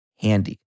handy